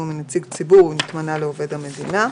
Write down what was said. ואם הוא נציג ציבור - הוא נתמנה לעובד המדינה".